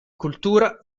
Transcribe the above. cultura